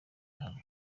ibaho